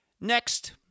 Next